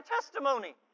testimony